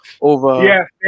over